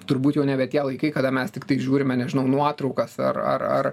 turbūt jau nebe tie laikai kada mes tiktai žiūrime nežinau nuotraukas ar ar ar